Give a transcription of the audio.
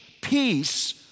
peace